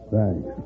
Thanks